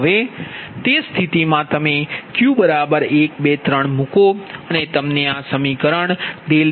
હવે તે સ્થિતિ માં તમે Q 123 મૂકો અને તમને આ સમીકરણ dPLossdP12P1B112B21P22B31P30